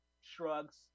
shrugs